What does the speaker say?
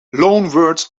loanwords